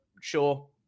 sure